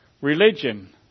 Religion